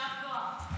נכון,